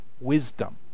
wisdom